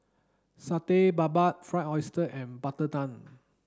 Satay Babat fried oyster and butter